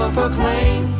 proclaim